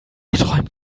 geträumt